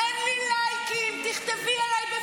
אני מתחנן שתפני אליי.